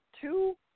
two